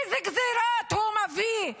איזה גזרות הוא מביא,